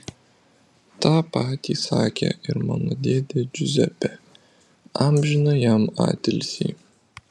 tą patį sakė ir mano dėdė džiuzepė amžiną jam atilsį